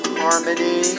harmony